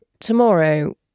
tomorrow